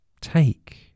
take